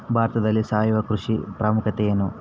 ಭಾರತದಲ್ಲಿ ಸಾವಯವ ಕೃಷಿಯ ಪ್ರಾಮುಖ್ಯತೆ ಎನು?